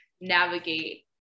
navigate